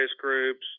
groups